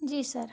जी sir